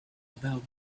about